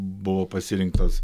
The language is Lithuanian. buvo pasirinktos